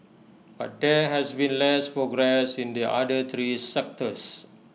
but there has been less progress in the other three sectors